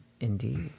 Indeed